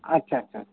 ᱟᱪᱪᱷᱟ ᱟᱪᱪᱷᱟ